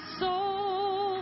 soul